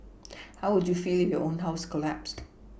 how would you feel your own house collapsed